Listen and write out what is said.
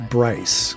Bryce